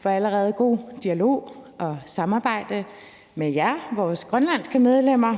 for allerede god dialog og samarbejde med jer, vores grønlandske medlemmer